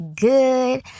good